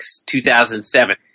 2007